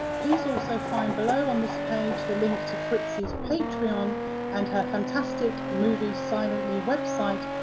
please also find below, on this page, the link to fritzi's patreon and her fantastic movies silently website,